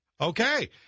okay